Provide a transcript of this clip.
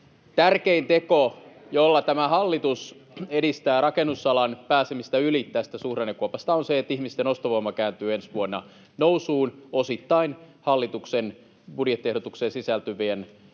Tärkein teko, jolla tämä hallitus edistää rakennusalan pääsemistä yli tästä suhdannekuopasta, on se, että ihmisten ostovoima kääntyy ensi vuonna nousuun, osittain hallituksen budjettiehdotukseen sisältyvien veroja